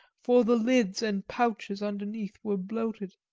for the lids and pouches underneath were bloated.